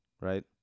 Right